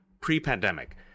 pre-pandemic